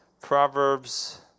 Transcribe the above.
Proverbs